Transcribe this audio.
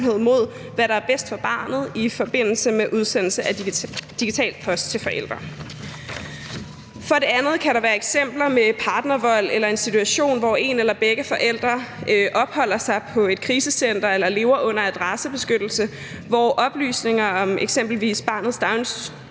mod, hvad der er bedst for barnet i forbindelse med udsendelse af digital post til forældre. For det andet kan der være eksempler med partnervold eller en situation, hvor en eller begge forældre opholder sig på et krisecenter eller lever under adressebeskyttelse, hvor oplysninger om eksempelvis barnets